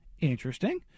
Interesting